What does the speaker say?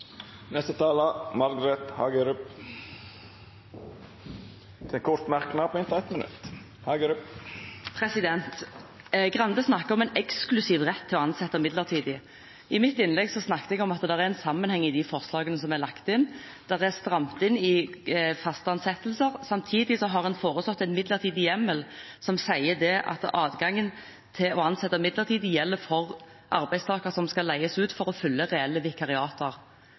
Margret Hagerup har hatt ordet to gonger tidlegare og får ordet til ein kort merknad, avgrensa til 1 minutt. Representanten Grande snakket om en eksklusiv rett til å ansette midlertidig. I mitt innlegg snakket jeg om at det er en sammenheng i de forslagene som er lagt inn. Det er strammet inn i faste ansettelser. Samtidig har en foreslått en midlertidig hjemmel som sier at adgangen til å ansette midlertidig gjelder for arbeidstakere som skal leies ut for å fylle reelle vikariater.